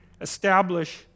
establish